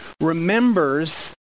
remembers